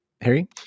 Harry